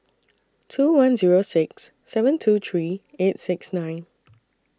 two one Zero six seven two three eight six nine